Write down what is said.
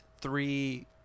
three